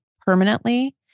permanently